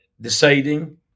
deciding